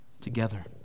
together